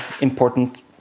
important